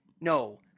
No